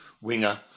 winger